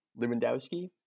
Lewandowski